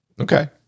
Okay